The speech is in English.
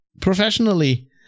professionally